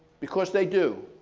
because they do,